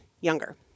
younger